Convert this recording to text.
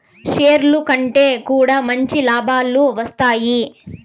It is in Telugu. షేర్లు కొంటె కూడా మంచి లాభాలు వత్తాయి